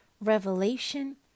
revelation